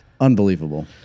Unbelievable